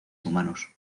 humanos